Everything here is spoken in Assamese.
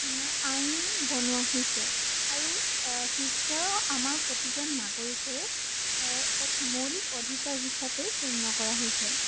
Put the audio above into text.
না আইন বনোৱা হৈছে আৰু শিক্ষাও আমাৰ প্ৰতিজন নাগৰিকৰে এক মৌলিক অধিকাৰ হিচাপেই গণ্য কৰা হৈছে